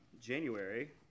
January